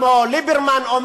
כמו ליברמן,